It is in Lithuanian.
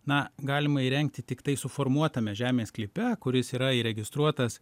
na galima įrengti tiktai suformuotame žemės sklype kuris yra įregistruotas